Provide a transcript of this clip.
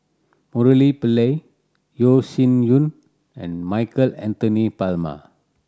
Murali Pillai Yeo Shih Yun and Michael Anthony Palmer